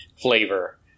flavor